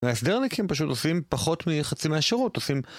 וההסדרניקים פשוט עושים פחות מחצי מהשירות, עושים...